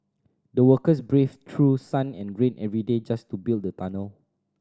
the workers braved through sun and rain every day just to build the tunnel